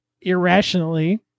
irrationally